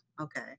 Okay